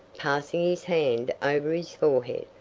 passing his hand over his forehead.